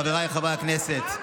חבריי חברי הכנסת,